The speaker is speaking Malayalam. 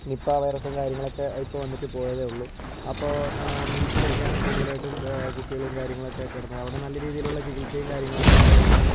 നിപ്പ വൈറസും കാര്യങ്ങളൊക്കെ ഇപ്പോൾ വന്നിട്ടു പോയതേ ഉള്ളൂ അപ്പോൾ മിംസിലൊക്കെയാണ് കൂടുതലായിട്ടും കുട്ടികളും കാര്യങ്ങളൊക്കെ കിടന്നത് അവിടെ നല്ല രീതിയിലുള്ള ചികിത്സയും കാര്യങ്ങളൊക്കെ ഉള്ളതുകൊണ്ടാണ്